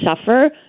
suffer